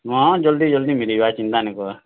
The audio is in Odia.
ହଁ ଜଲ୍ଦି ଜଲ୍ଦି ମିଲିବା ଚିନ୍ତା ନାଇଁ କର୍